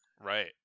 Right